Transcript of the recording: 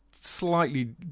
slightly